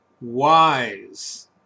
wise